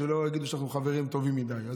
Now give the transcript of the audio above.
שלא יגידו שאנחנו חברים טובים מדי.